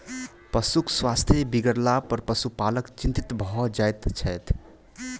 पशुक स्वास्थ्य बिगड़लापर पशुपालक चिंतित भ जाइत छथि